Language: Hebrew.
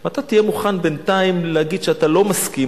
ואתה תהיה מוכן בינתיים להגיד שאתה לא מסכים,